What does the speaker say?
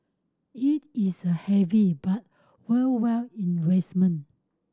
it is the heavy but worthwhile investment